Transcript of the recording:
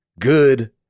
good